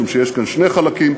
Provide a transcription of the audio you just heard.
משום שיש כאן שני חלקים.